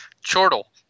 Chortle